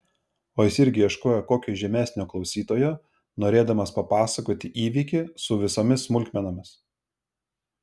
o jis irgi ieškojo kokio įžymesnio klausytojo norėdamas papasakoti įvykį su visomis smulkmenomis